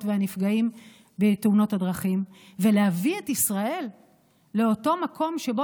והנפגעים בתאונות הדרכים ולהביא את ישראל לאותו מקום שבו